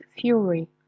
Fury